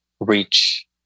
reach